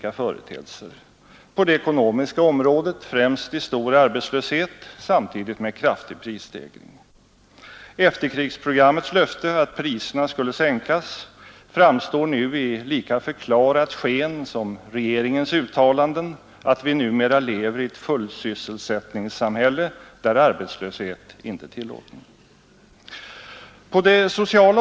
I stället har herr Helén — enligt pressen åtminstone — etablerat sig som det borgerliga samarbetets ingenjör eller rörmokare eller vad det var. Denna ingenjörskonst ämnar han tydligen fortsätta med intill sista folkpartist. Han har liksom uppgivit identiteten.